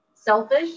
selfish